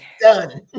Done